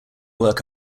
work